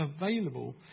available